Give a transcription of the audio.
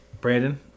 Brandon